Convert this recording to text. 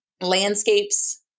landscapes